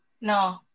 No